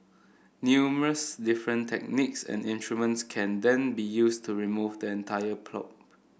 numerous different techniques and instruments can then be used to remove then entire polyp